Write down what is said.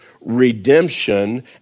redemption